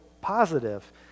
positive